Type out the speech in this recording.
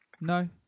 No